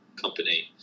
company